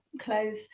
clothes